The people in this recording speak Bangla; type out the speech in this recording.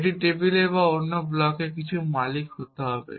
এটি টেবিলে বা অন্য ব্লকে কিছুর মালিক হতে হবে